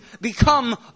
become